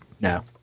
no